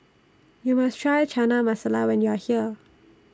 YOU must Try Chana Masala when YOU Are here